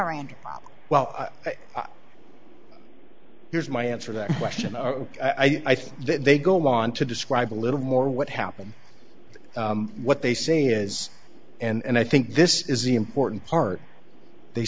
miranda well here's my answer that question i think they go on to describe a little more what happened what they say is and i think this is the important part they